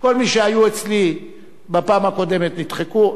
מי שהיו אצלי בפעם הקודמת נדחקו.